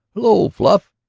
hello, fluff,